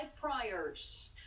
priors